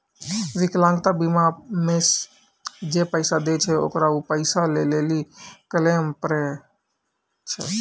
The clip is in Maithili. विकलांगता बीमा मे जे पैसा दै छै ओकरा उ पैसा लै लेली क्लेम करै पड़ै छै